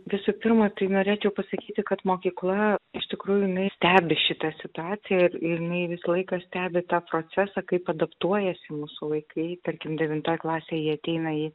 visų pirma tai norėčiau pasakyti kad mokykla iš tikrųjų jinai stebi šitą situaciją ir jinai visą laiką stebi tą procesą kaip adaptuojasi mūsų vaikai tarkim devintoj klasėj jie ateina į